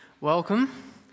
Welcome